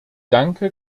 danke